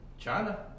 China